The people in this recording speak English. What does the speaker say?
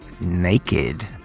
naked